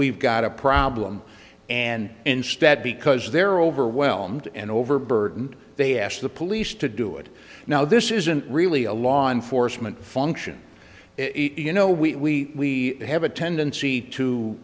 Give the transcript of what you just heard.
we've got a problem and instead because they're overwhelmed and overburdened they ask the police to do it now this isn't really a law enforcement function you know we have a tendency to